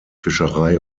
fischerei